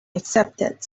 accepted